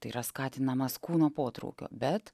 tai yra skatinamas kūno potraukio bet